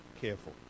careful